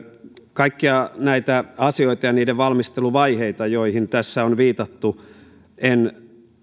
kaikkia näitä asioita ja niiden valmisteluvaiheita joihin tässä on viitattu en